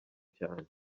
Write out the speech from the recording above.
cyane